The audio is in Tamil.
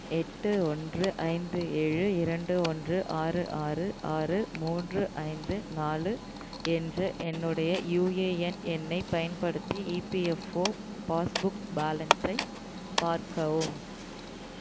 எட்டு ஓன்று ஐந்து ஏழு இரண்டு ஓன்று ஆறு ஆறு ஆறு மூன்று ஐந்து நாலு என்ற என்னுடைய யுஏஎன் எண்ணைப் பயன்படுத்தி இபிஎஃப்ஓ பாஸ்புக் பேலன்ஸை பார்க்கவும்